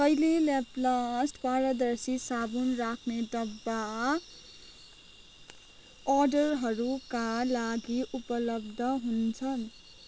कहिले ल्याप्लस्ट पारदर्शी साबुन राख्ने डब्बा अर्डरहरूका लागि उपलब्ध हुन्छन्